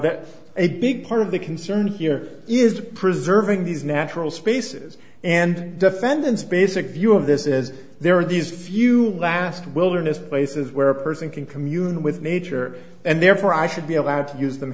that's a big part of the concern here is preserving these natural spaces and defendants basic view of this is there are these few last wilderness places where a person can commune with nature and therefore i should be allowed to use them